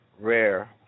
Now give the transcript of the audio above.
rare